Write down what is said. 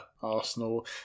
Arsenal